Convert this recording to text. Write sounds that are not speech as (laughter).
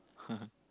(laughs)